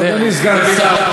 אדוני סגן השר,